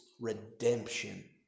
redemption